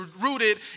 rooted